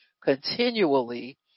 continually